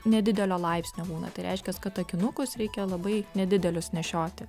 nedidelio laipsnio būna tai reiškias kad akinukus reikia labai nedidelius nešioti